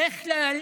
בדרך כלל